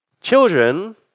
children